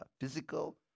physical